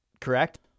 Correct